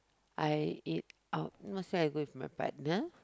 I eat out not say I go with my partner